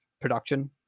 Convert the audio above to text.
production